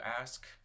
ask